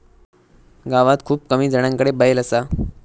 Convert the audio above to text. गावात खूप कमी जणांकडे बैल असा